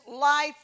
life